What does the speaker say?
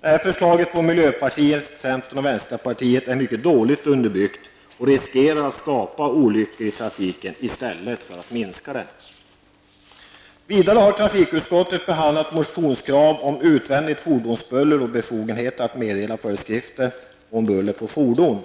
Detta förslag från miljöpartiet, centern och vänsterpartiet är ett dåligt underbyggt förslag som riskerar att skapa olyckor i trafiken i stället för att minska dem. Vidare har trafikutskottet behandlat motionskrav om utvändigt fordonsbuller och befogenhet att meddela föreskrifter om buller från fordon.